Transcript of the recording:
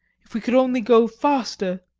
if we could only go faster!